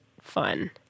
fun